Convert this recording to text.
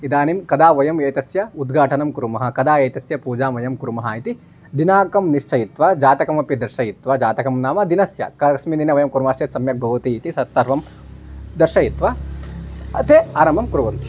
इदानीं कदा वयम् एतस्य उद्घाटनं कुर्मः कदा एतस्य पूजां वयं कुर्मः इति दिनाङ्कं निश्चयित्वा जातकमपि दर्शयित्वा जातकं नाम दिनस्य कस्मिन् दिने वयं कुर्मश्चेत् सम्यक् भवति इति सत् सर्वं दर्शयित्वा ते आरम्भं कुर्वन्ति